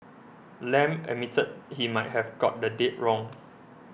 Lam admitted he might have got the date wrong